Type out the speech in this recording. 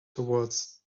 towards